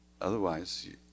Otherwise